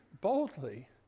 boldly